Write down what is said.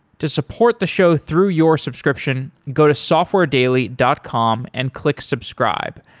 to support the show through your subscription, go to softwaredaily dot com and click subscribe.